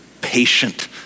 patient